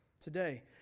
today